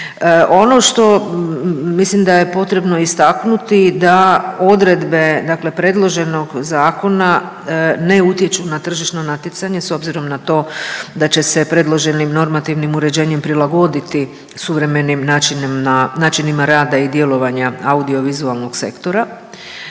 Ono što mislim da je potrebno istaknuti da odredbe dakle predloženog zakona, ne utječu na tržišno natjecanje s obzirom na to da će se predloženim normativnim uređenjem prilagoditi suvremenim načinima rada i djelovanja audio vizualnog sektora.